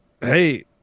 hey